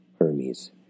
Hermes